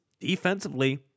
defensively